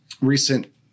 recent